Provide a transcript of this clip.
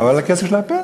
חבל על הכסף של הפנסיה.